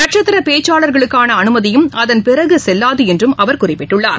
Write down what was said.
நட்சத்திரபேச்சாளர்களுக்கானஅனுமதியும் அதன் பிறகுசெல்லாதுஎன்றும் அவர் குறிப்பிட்டுள்ளார்